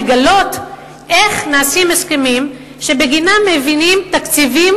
לגלות איך נעשים הסכמים שבגינם מביאים תקציבים